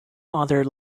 other